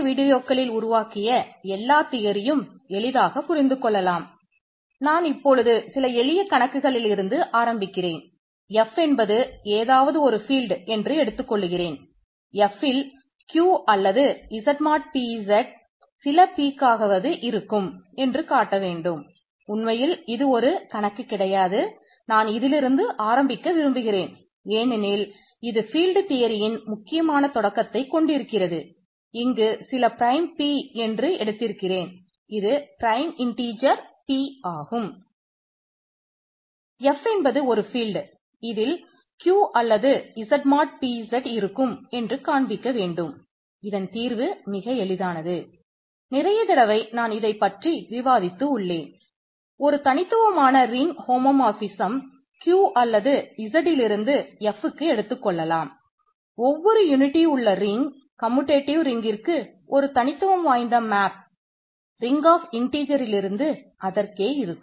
F என்பது ஒரு field அதற்கே இருக்கும்